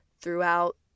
throughout